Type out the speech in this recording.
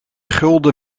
gulden